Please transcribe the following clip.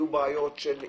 יהיו בעיות של אי-תיקוף.